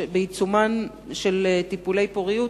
בעיצומם של טיפולי פוריות,